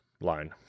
line